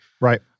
Right